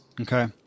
okay